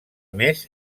més